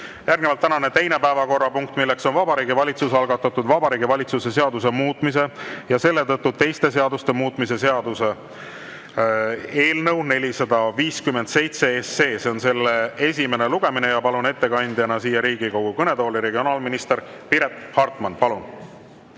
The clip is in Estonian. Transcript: Järgnevalt tänane teine päevakorrapunkt, milleks on Vabariigi Valitsuse algatatud Vabariigi Valitsuse seaduse muutmise ja selle tõttu teiste seaduste muutmise seaduse eelnõu 457. See on selle esimene lugemine. Palun ettekandeks siia Riigikogu kõnetooli regionaalminister Piret Hartmani. Palun!